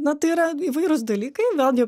na tai yra įvairūs dalykai vėlgi